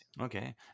Okay